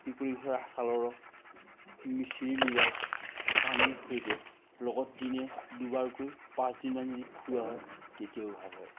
পিপলি গছৰ ছালৰ ৰস মিচিৰি মিলাই পানীৰ সৈতে লগত দিনে দুবাৰকৈ পাঁচদিনমান যদি খোৱা হয় তেতিয়াও ভাল হয়